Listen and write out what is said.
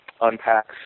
unpacks